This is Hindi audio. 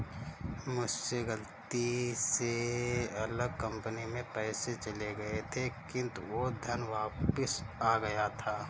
मुझसे गलती से अलग कंपनी में पैसे चले गए थे किन्तु वो धन वापिस आ गया था